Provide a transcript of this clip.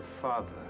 father